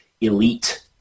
elite